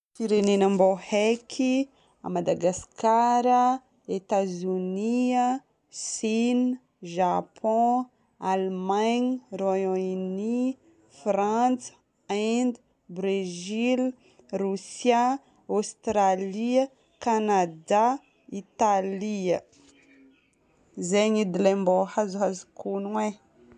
Firenena mbo haiky: Madagasikara, Etazonia, Chine, Japon, Allemagne, Royon-Uni, Frantsa, Inde, Brésil, Rosia, Aostralia, Kanadà, Italia. Zegny edy ilay mbo azoazoko ogno e.